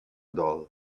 doll